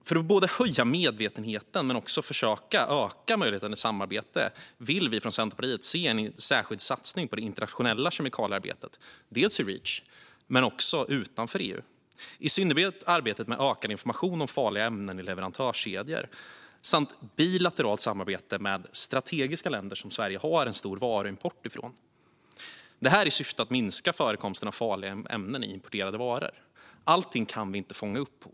För att höja medvetenheten men också försöka öka möjligheterna till samarbete vill vi från Centerpartiet se en särskild satsning på det internationella kemikaliearbetet, dels i Reach, dels utanför EU. I synnerhet gäller det arbetet med ökad information om farliga ämnen i leverantörskedjor samt bilateralt samarbete med strategiska länder som Sverige har en stor varuimport från, i syfte att minska förekomsten av farliga ämnen i importerade varor. Allting kan vi inte fånga upp.